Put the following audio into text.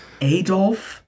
Adolf